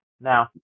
now